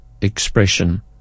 expression